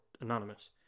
anonymous